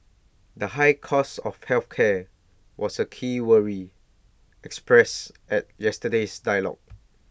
the high cost of health care was A key worry expressed at yesterday's dialogue